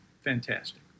fantastic